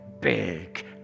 big